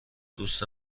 دوست